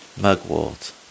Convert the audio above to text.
mugwort